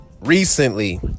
recently